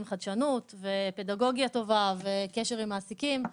חדשנות ופדגוגיה טובה וקשר עם מעסיקים.